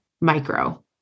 micro